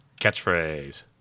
catchphrase